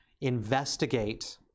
investigate